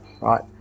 right